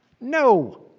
No